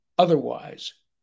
Otherwise